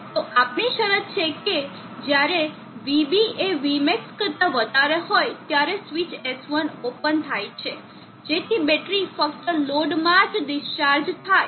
તો આપણી શરત છે કે જ્યારે vB એ vmax કરતા વધારે હોય ત્યારે સ્વિચ S1 ઓપન થાય છે જેથી બેટરી ફક્ત લોડમાં જ ડિસ્ચાર્જ થાય